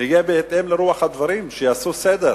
תהיה בהתאם לרוח הדברים, שיעשו סדר.